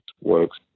works